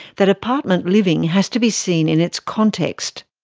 that apartment living has to be seen in its context.